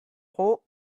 pork